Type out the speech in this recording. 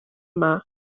yma